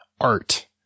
art